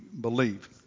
believe